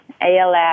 ALS